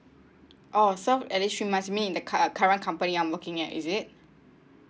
oh so and it should must be in the cur~ current company I'm working at is it